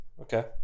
Okay